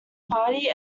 party